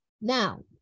Now